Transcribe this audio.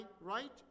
right